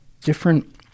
different